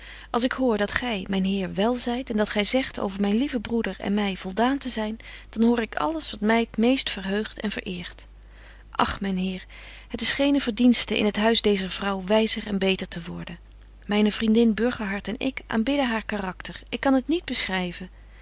als ik hoor dat gy myn heer wel zyt en dat gy zegt over myn lieven broeder en my voldaan te zyn dan hoor ik alles wat my t meest verheugt en verëert ach myn heer het is geene verdienste in het huis deezer vrouw wyzer en beter te worden myne vriendin burgerhart en ik aanbidden haar karakter ik kan het niet beschryven